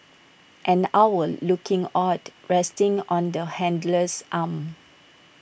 an owl looking awed resting on the handler's arm